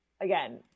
again